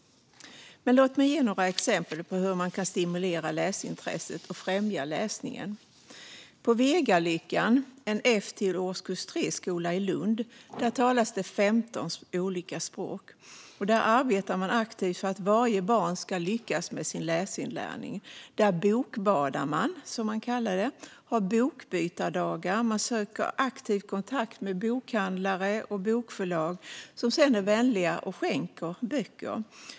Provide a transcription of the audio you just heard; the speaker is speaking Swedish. Låt mig ge några exempel på hur man kan stimulera läsintresset och främja läsningen. På Vegalyckan, en F-3-skola i Lund, talas 15 olika språk, och där arbetar man aktivt för att varje barn ska lyckas med sin läsinlärning. Där bokbadar man, som man kallar det, och har bokbytardagar. Man söker aktivt kontakt med bokhandlare och bokförlag, som sedan är vänliga och skänker böcker.